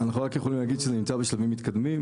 אנחנו רק יכולים להגיד שזה נמצא בשלבים מתקדמים.